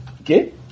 Okay